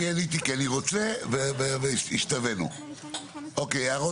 עזוב, מקורה זה גם לאו דווקא מקורה